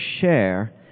share